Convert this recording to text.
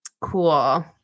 cool